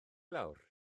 lawr